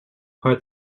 are